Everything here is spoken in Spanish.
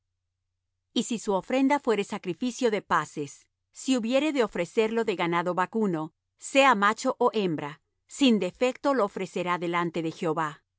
y si su ofrenda fuere sacrificio de paces si hubiere de ofrecerlo de ganado vacuno sea macho ó hembra sin defecto lo ofrecerá delante de jehová